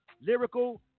Lyrical